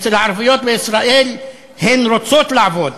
אצל הערביות בישראל, הן רוצות לעבוד,